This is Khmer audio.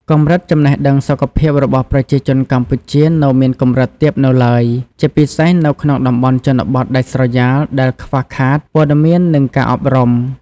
កម្រិតចំណេះដឹងសុខភាពរបស់ប្រជាជនកម្ពុជានៅមានកម្រិតទាបនៅឡើយ ជាពិសេសនៅក្នុងតំបន់ជនបទដាច់ស្រយាលដែលខ្វះខាតព័ត៌មាននិងការអប់រំ។